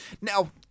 Now